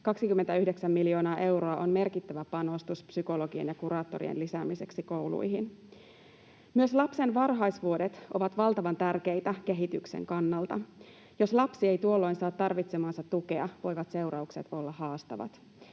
29 miljoonaa euroa on merkittävä panostus psykologien ja kuraattorien lisäämiseksi kouluihin. Myös lapsen varhaisvuodet ovat valtavan tärkeitä kehityksen kannalta. Jos lapsi ei tuolloin saa tarvitsemaansa tukea, voivat seuraukset olla haastavat.